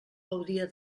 gaudia